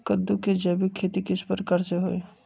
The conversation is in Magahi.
कददु के जैविक खेती किस प्रकार से होई?